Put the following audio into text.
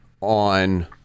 on